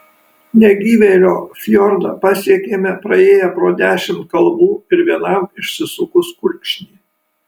negyvėlio fjordą pasiekėme praėję pro dešimt kalvų ir vienam išsisukus kulkšnį